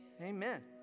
Amen